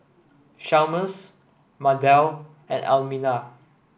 Chalmers Mardell and Almina